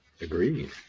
Agreed